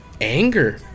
anger